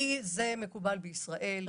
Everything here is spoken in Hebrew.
כי זה מקובל בישראל,